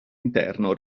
interno